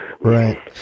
Right